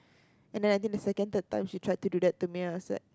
and then I think the second third time she tried to do that to me I was like